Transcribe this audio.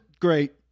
great